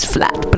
Flat